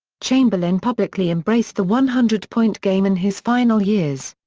chamberlain publicly embraced the one hundred point game in his final years.